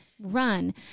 Run